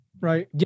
right